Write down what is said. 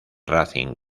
racing